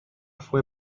fue